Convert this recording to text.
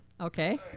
Okay